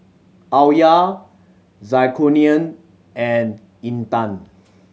Alya Zulkarnain and Intan